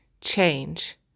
change